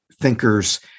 thinkers